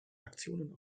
aktionen